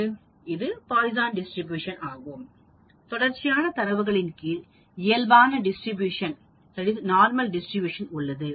இது Poisson distribution ஆகும் தொடர்ச்சியான தரவுகளின் கீழ் இயல்பான டிஸ்ட்ரிபியூஷன் உள்ளது